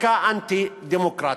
חקיקה אנטי-דמוקרטית,